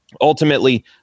ultimately